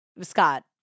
Scott